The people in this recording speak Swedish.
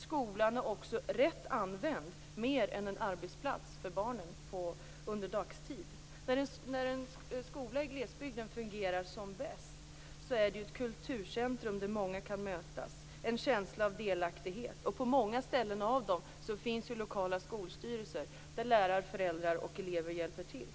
Skolan är också, rätt använd, mer än en arbetsplats för barnen under dagtid. När en skola i glesbygden fungerar som bäst är den ett kulturcentrum där många kan mötas i en känsla av delaktighet. På många ställen finns lokala skolstyrelser, där lärare, föräldrar och elever hjälper till.